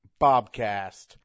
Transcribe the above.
Bobcast